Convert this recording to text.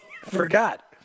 forgot